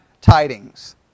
tidings